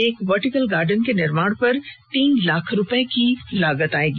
एक vertical garden के निर्माण पर तीन लाख रूपये की लागत आएगी